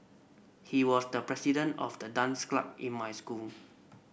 he was the president of the dance club in my school